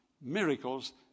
miracles